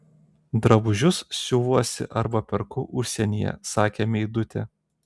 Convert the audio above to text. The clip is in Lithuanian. drabužius siuvuosi arba perku užsienyje sakė meidutė